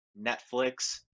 Netflix